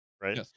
right